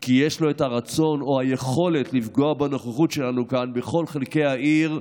כי יש לו את הרצון או היכולת לפגוע בנוכחות שלנו כאן בכל חלקי העיר,